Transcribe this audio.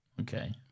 Okay